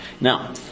Now